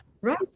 Right